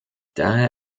daher